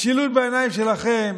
משילות בעיניים שלכם